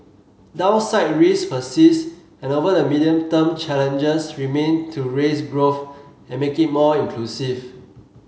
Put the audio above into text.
downside risks persist and over the medium term challenges remain to raise growth and make it more inclusive